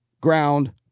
ground